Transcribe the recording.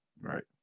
Right